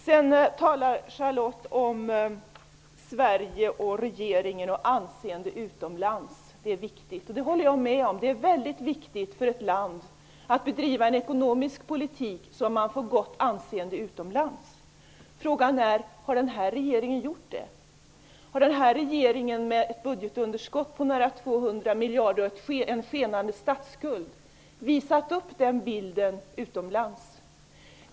Charlotte Cederschiöld talar om Sverige och om regeringen och om hur viktigt det är med anseendet utomlands. Jag hållar med om att det är väldigt viktigt för ett land att bedriva en ekonomisk politik som gör att man får gott anseende utomlands. Frågan är: Har denna regering gjort det? Har denna regering, med ett budgetunderskott på nära 200 miljarder kronor och med en skenande statsskuld visat upp en sådan bild utomlands?